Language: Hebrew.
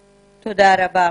לכולם.